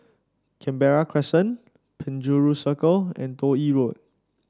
Canberra Crescent Penjuru Circle and Toh Yi Road